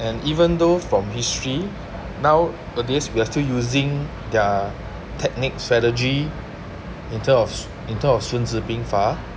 and even though from history nowadays we're still using their technique strategy in terms of s~ in terms of 孙子兵法